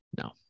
No